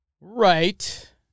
Right